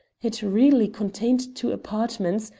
it really contained two apartments,